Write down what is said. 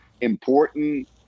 important